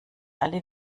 alle